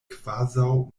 kvazaŭ